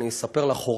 אני אספר לך,